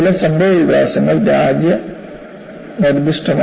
ചില സംഭവവികാസങ്ങൾ രാജ്യ നിർദ്ദിഷ്ടമാണ്